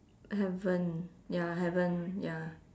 haven't ya haven't ya